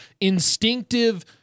instinctive